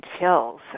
chills